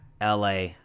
LA